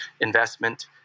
investment